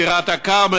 טירת-כרמל,